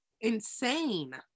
insane